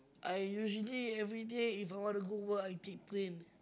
I usually everyday if I want to go work I take train